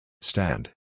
Stand